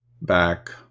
back